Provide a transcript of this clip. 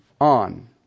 on